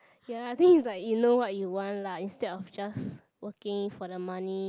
ya I think it's like you know what you want lah instead of just working for the money